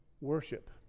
worship